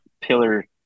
pillar